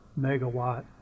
megawatt